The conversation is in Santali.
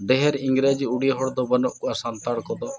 ᱰᱷᱮᱨ ᱤᱝᱨᱮᱡᱤ ᱩᱲᱭᱟᱹ ᱦᱚᱲ ᱫᱚ ᱵᱟᱹᱱᱩᱜ ᱠᱚᱣᱟ ᱥᱟᱱᱛᱟᱲ ᱠᱚᱫᱚ